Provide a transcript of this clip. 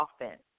offense